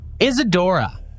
Isadora